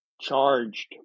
charged